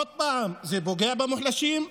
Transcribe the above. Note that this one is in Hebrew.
עוד פעם, זה פוגע במוחלשים,